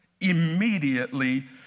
immediately